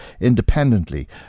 independently